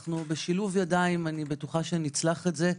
בשילוב ידיים אני בטוחה שנצלח את זה.